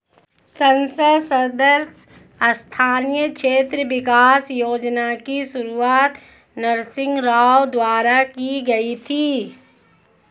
संसद सदस्य स्थानीय क्षेत्र विकास योजना की शुरुआत नरसिंह राव द्वारा की गई थी